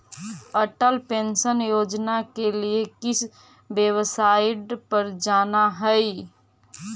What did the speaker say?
Atal pension Yojana के लिए किस वेबसाईट पर जाना हई